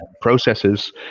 processes